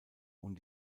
und